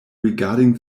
regarding